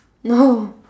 no